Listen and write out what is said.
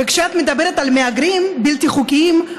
וכשאת מדברת על מהגרים בלתי חוקיים,